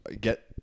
get